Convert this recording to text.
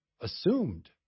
assumed